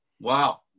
Wow